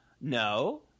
No